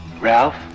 Ralph